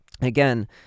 again